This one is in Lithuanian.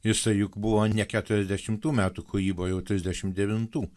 jisai juk buvo ne keturiasdešimų metų kūryba o jau trisdešim devintų